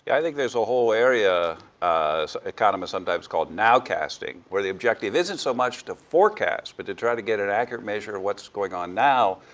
i think there's a whole area economists sometimes call nowcasting, where the objective isn't so much to forecast, but to try to get an accurate measure of what's going on now,